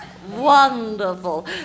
Wonderful